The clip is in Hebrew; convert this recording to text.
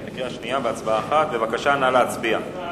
בבקשה, נא להצביע.